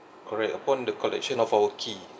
correct upon the collection of our key